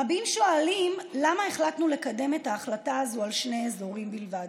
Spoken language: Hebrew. רבים שואלים למה החלטנו לקדם את ההחלטה הזו על שני אזורים בלבד.